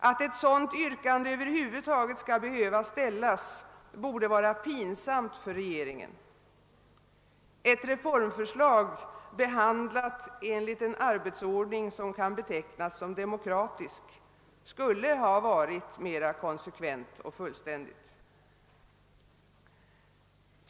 Att ett sådant yrkande över huvud taget skall behöva framställas borde vara pinsamt för regeringen. Ett reformförslag, behandlat enligt en arbetsordning som kan betecknas som demokratisk, skulle ha varit mera konsekvent och fullständigt.